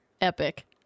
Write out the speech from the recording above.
Epic